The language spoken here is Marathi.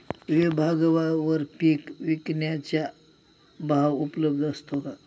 विभागवार पीक विकण्याचा भाव उपलब्ध असतो का?